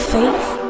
Faith